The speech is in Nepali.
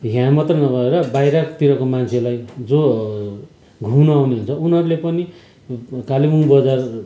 यहाँ मात्र नभएर बाहिरतिरको मान्छेलाई जो घुम्न आउनुहुन्छ उनीहरूले पनि कालिम्पोङ बजार